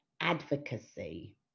advocacy